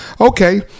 Okay